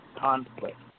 conflict